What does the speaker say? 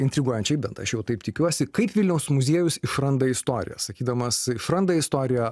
intriguojančiai bent aš jau taip tikiuosi kaip vilniaus muziejus išranda istoriją sakydamas išranda istoriją